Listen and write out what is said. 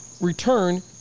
return